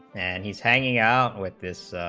and he's hanging out with this